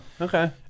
okay